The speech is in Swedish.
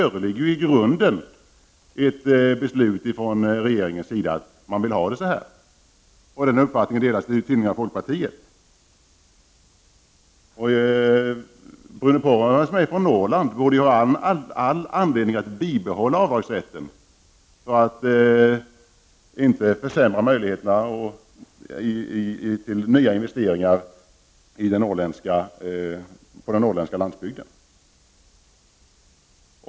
Det föreligger ju faktiskt i grunden ett regeringsbeslut om att man vill ha det så här, och innehållet i det beslutet instämmer tydligen folkpartiet i. Bruno Poromaa, som är från Norrland, borde ha all anledning att vilja bibehålla denna avdragsrätt för att inte försämra möjligheterna till nya investeringar på den norrländska landsbygden.